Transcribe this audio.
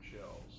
shells